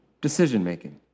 decision-making